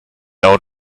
out